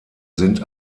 sind